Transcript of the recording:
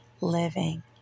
living